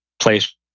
place